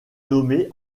nommée